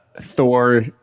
Thor